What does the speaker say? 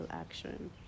action